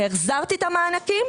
החזרתי את המענקים.